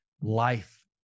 life